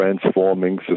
transforming